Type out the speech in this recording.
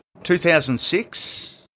2006